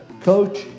coach